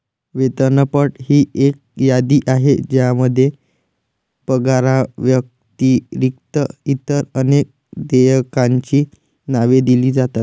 वेतनपट ही एक यादी आहे ज्यामध्ये पगाराव्यतिरिक्त इतर अनेक देयकांची नावे दिली जातात